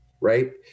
right